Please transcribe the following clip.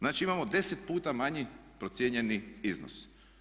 Znači, imamo 10 puta manji procijenjeni iznos.